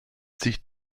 sich